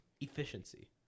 efficiency